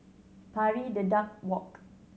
Pari Dedap Walk